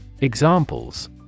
Examples